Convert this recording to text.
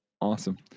Awesome